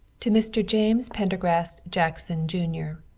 to mr. james prendergast jackson jr.